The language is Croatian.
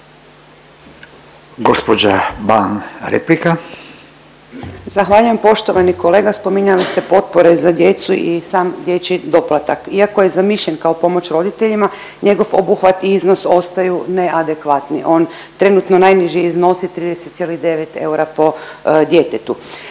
Boška (SDP)** Zahvaljujem. Poštovani kolega spominjali ste potpore za djecu i sam dječji doplatak. Iako je zamišljen kao pomoć roditeljima njegov obuhvat i iznos ostaju neadekvatni. On trenutno najniži iznosi 30,9 eura po djetetu.